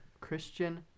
Christian